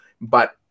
but-